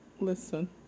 listen